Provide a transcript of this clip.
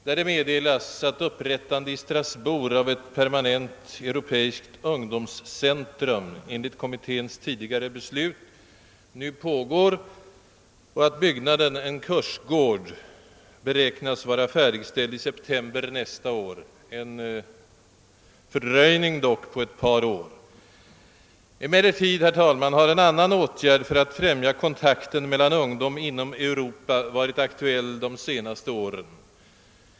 Där meddelas att upprättande i Strasbourg av ett permanent europeiskt ungdomscenter enligt kommittens tidigare beslut pågår och att byggnaden, en kursgård, nu beräknas vara färdigställd i september nästa år. Detta innebär dock en fördröjning på ungefär ett par år. Emellertid har en annan åtgärd för att främja kontakten mellan ungdom i Europa varit aktuell de senaste åren.